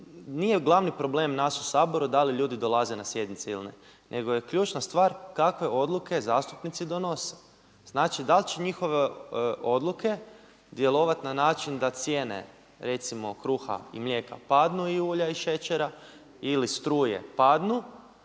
nije glavni problem nas u Saboru da li ljudi dolaze na sjednice ili ne nego je ključna stvar kakve odluke zastupnici donose. Znači da li će njihove odluke djelovati na način da cijene recimo kruha i mlijeka padnu i ulja i šećera ili struje padnu